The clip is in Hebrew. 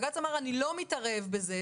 בג"ץ אמר: אני לא מתערב בזה,